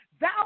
thou